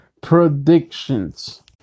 predictions